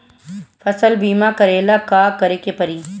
फसल बिमा करेला का करेके पारी?